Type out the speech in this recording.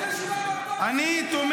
אתה לא